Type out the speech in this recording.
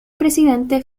presidente